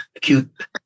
cute